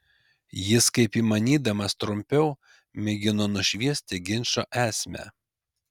jis kaip įmanydamas trumpiau mėgino nušviesti ginčo esmę